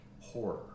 horror